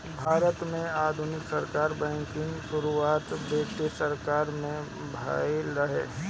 भारत में आधुनिक बैंकिंग के शुरुआत ब्रिटिस सरकार में भइल रहे